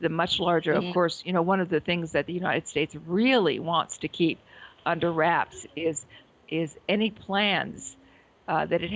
the much larger of course you know one of the things that the united states really wants to keep under wraps is is any plans that it